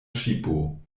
ŝipo